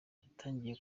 yatangiye